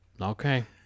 Okay